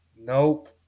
Nope